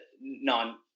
non